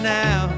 now